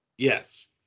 Yes